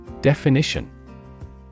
Definition